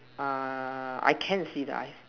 uh I can see the eyes